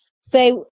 say